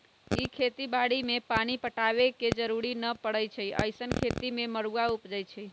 इ खेती बाड़ी में पानी पटाबे के जरूरी न परै छइ अइसँन खेती में मरुआ उपजै छइ